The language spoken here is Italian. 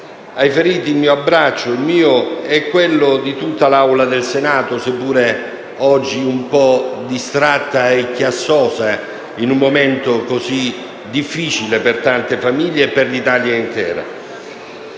Ai feriti va il mio abbraccio, il mio e quello di tutta l'Assemblea del Senato, sia pure oggi un po' distratta e chiassosa, in un momento così difficile per tante famiglie e per l'Italia intera.